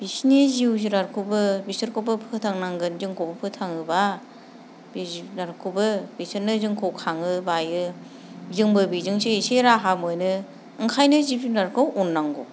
बिसोरनि जिउ जिरादखौबो बिसोरखौबो फोथांनांगोन जोंखौबो फोथाङोब्ला बे जुनादखौबो बिसोरनो जोंखौ खाङो बायो जोंबो बेजोंसो एसे राहा मोनो ओंखायनो जोंबो जिब जुनादखौ अननांगौ